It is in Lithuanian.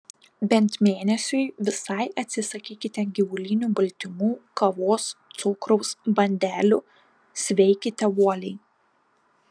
bent mėnesiui visai atsisakykite gyvulinių baltymų kavos cukraus bandelių sveikite uoliai